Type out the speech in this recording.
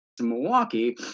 ...Milwaukee